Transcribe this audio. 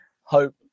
hope